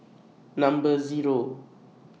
Number Zero